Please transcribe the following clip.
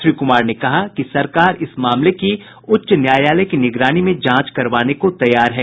श्री कुमार ने कहा कि सरकार इस मामले की उच्च न्यायालय की निगरानी में जांच करवाने को तैयार है